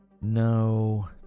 no